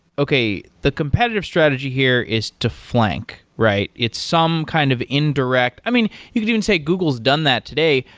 okay, the competitive strategy here is to flank, right? it's some kind of indirect i mean, you could even say google's done that today.